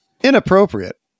inappropriate